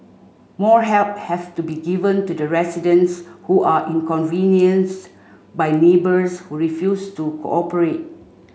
more help have to be given to the residents who are inconvenience by neighbours who refuse to cooperate